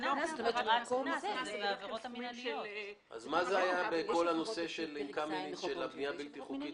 מה היה בכל הנושא של הבנייה הבלתי חוקית